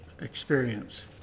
experience